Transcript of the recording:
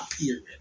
period